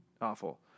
Awful